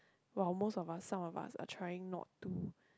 while most of us some of us are trying not to